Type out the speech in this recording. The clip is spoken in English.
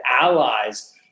allies